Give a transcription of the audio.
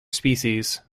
species